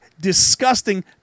disgusting